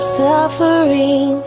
suffering